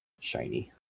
shiny